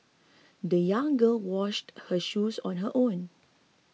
the young girl washed her shoes on her own